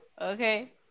Okay